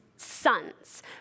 sons